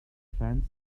fans